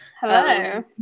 Hello